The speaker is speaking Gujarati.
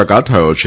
ટકા થયો છે